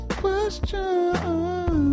questions